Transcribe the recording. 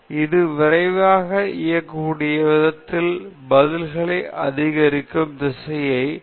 இது விரைவாக இயங்கக்கூடிய விதத்தில் பதில்களை அதிகரிக்கும் திசையை அறிய உதவுகிறது